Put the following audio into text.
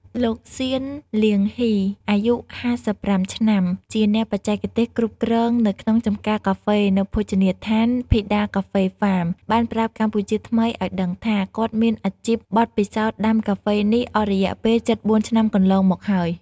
លោក ស៊ាន លាងហុី អាយុ៥៥ឆ្នាំ ជាអ្នកបច្ចេកទេសគ្រប់គ្រងនៅក្នុងចម្ការកាហ្វេ នៅភោជនីយដ្ឋាន ភីដាកាហ្វេហ្វាម បានប្រាប់កម្ពុជាថ្មីឲ្យដឹងថា គាត់មានអាជីពបទពិសោធដាំកាហ្វេនេះអស់រយៈពេលជិត៤ឆ្នាំកន្លងមកហើយ។